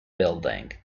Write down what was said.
building